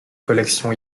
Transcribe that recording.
collection